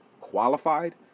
qualified